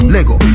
Lego